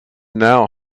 now